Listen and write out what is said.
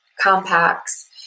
compacts